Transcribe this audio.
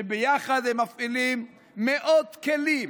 וביחד הם מפעילים מאות כלים.